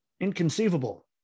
inconceivable